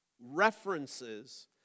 references